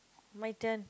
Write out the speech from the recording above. my turn